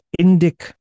indic